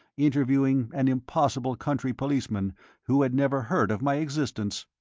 interviewing an impossible country policeman who had never heard of my existence!